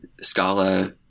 Scala